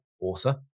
author